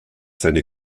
seine